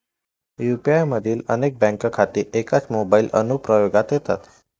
UPI मधील अनेक bank खाती एकाच मोबाइल अनुप्रयोगात येतात